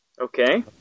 Okay